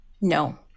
No